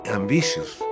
ambitious